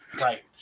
Right